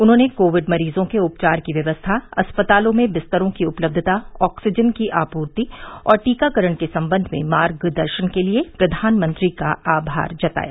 उन्होंने कोविड मरीजों के उपचार की व्यवस्था अस्पतालों में बिस्तरों की उपलब्यता ऑक्सीजन की आपूर्ति और टीकाकरण के संबंध में मार्गदर्शन के लिए प्रधानमंत्री का आभार जताया